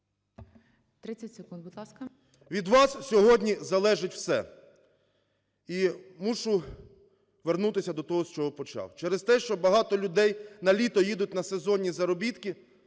Від вас сьогодні залежить все. І мушу вернутися до того, з чого почав. Через те, що багато людей на літо їдуть на сезонні заробітки,